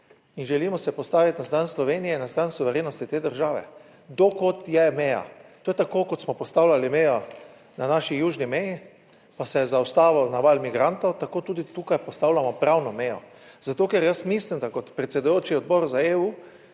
in želimo se postaviti na stran Slovenije, na stran suverenosti te države do kod je meja. To je tako, kot smo postavljali mejo na naši južni meji, pa se je zaustavil na val migrantov, tako tudi tukaj postavljamo pravno mejo, zato ker jaz mislim, da kot predsedujoči Odboru za EU